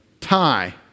tie